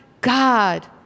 God